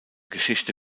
geschichte